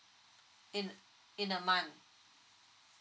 in in a month